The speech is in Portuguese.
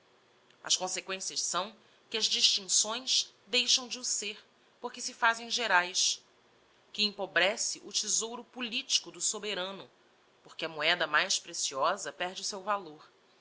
as consequencias são que as distincções deixam de o ser porque se fazem geraes que empobrece o thesouro politico do soberano porque a moeda mais preciosa perde o seu valor